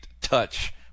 touch